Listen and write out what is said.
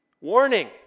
warning